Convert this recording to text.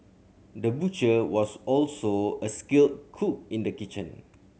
the butcher was also a skilled cook in the kitchen